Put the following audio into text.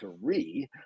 three